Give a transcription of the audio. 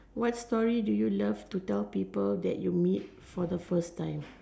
what story do you love to tell people that you meet for the first time